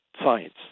science